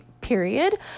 period